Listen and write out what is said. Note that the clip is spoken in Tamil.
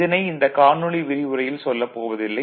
இதனை இந்த காணொலி விரிவுரையில் சொல்லப் போவதில்லை